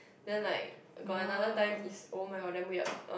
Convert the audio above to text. then like got another time is oh my god damn weird uh